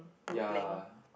ya